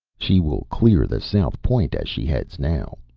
she will clear the south point as she heads now,